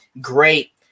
great